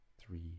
three